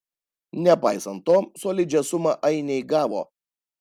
nepaisant to solidžią sumą ainiai gavo